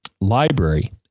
library